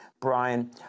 Brian